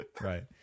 Right